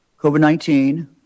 COVID-19